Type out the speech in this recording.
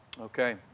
Okay